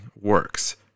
works